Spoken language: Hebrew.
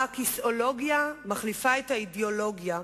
שבה הכיסאולוגיה מחליפה את האידיאולוגיה,